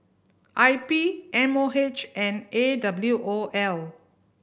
I P M O H and A W O L